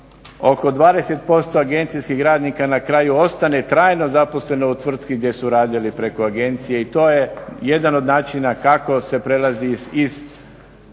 oko 20% agencijskih radnika na kraju ostane trajno zaposleno u tvrtki gdje su radili preko agencije i to je jedan od načina kako se prelazi iz stanja